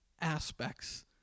aspects